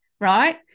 right